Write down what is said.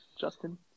Justin